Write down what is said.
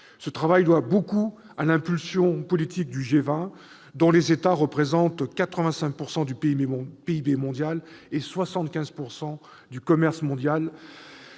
Ce travail doit beaucoup à l'impulsion politique du G20, dont les États représentent 85 % du PIB mondial et 75 % du commerce mondial-